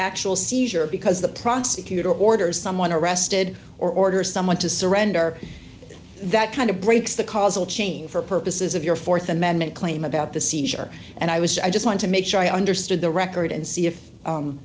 actual seizure because the prosecutor orders someone arrested or order someone to surrender that kind of breaks the causal chain for purposes of your th amendment claim about the seizure and i was i just want to make sure i understood the record and see if